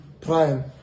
prime